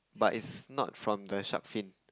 but is not from the shark fin